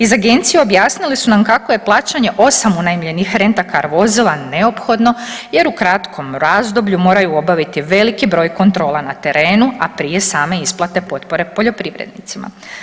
Iz agencije objasnili su nam kako je plaćanje 8 unajmljenih rent a car vozila neophodno jer u kratkom razdoblju moraju obaviti veliki broj kontrola na terenu, a prije same isplate potpore poljoprivrednicima.